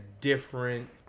different